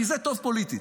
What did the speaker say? כי זה טוב פוליטית,